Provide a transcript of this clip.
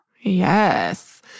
Yes